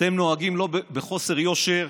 אתם נוהגים בחוסר יושר,